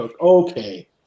Okay